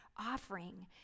offering